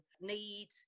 need